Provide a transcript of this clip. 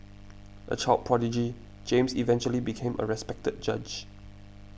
a child prodigy James eventually became a respected judge